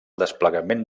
desplegament